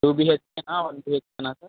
two బిహెచ్కేనా one బిహెచ్కేనా sir